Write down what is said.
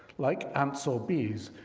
like ants or bees,